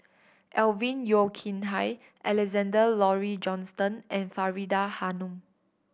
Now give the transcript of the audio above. Alvin Yeo Khirn Hai Alexander Laurie Johnston and Faridah Hanum